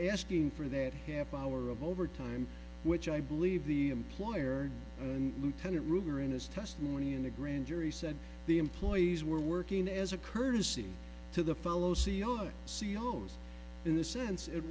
asking for that half hour of overtime which i believe the employer and lieutenant ruger in his testimony in the grand jury said the employees were working as a courtesy to the fellow c e o s c e o s in the sense it